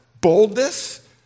Boldness